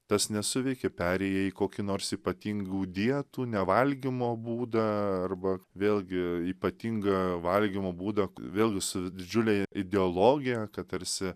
tas nesuveikė perėjai į kokį nors ypatingų dietų nevalgymo būdą arba vėlgi ypatingą valgymo būdą vėl su didžiulėje ideologija kad tarsi